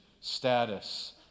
status